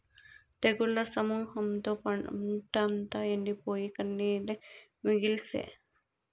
తెగుళ్ల సమూహంతో పంటంతా ఎండిపోయి, కన్నీరే మిగిల్సే